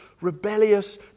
rebellious